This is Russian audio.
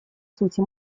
сути